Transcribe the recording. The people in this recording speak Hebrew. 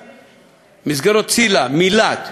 מסגרות ציל"ה, מיל"ת,